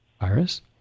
virus